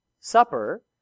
Supper